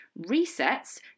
resets